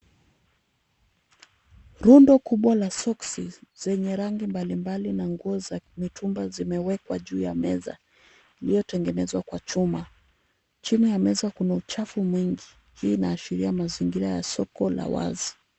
Rundo kubwa la soksi zenye rangi mbalimbali na nguo za mitumba zimewekwa juu ya meza iliyotengenezwa kwa chuma. Chini ya meza kuna uchafu mwingi. Hii inaashiria mazingira ya soko la wazi.